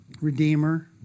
Redeemer